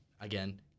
again